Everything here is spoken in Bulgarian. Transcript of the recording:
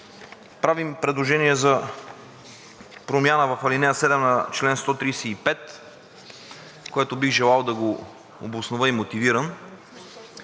правим предложение за промяна в ал. 7 на чл. 135, което бих желал да обоснова и мотивирам.